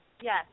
yes